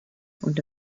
und